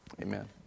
Amen